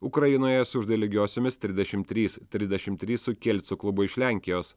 ukrainoje sužaidė lygiosiomis trisdešimt trys trisdešimt trys su kielco klubu iš lenkijos